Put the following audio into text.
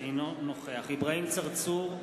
אינו נוכח אברהים צרצור,